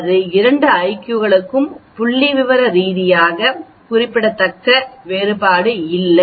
அல்லது இந்த 2 IQ களுக்கும் புள்ளிவிவர ரீதியாக குறிப்பிடத்தக்க வேறுபாடு இல்லை